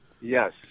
Yes